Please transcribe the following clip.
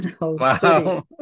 wow